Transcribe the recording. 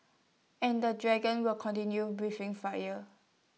and the dragon will continue breathing fire